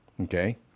okay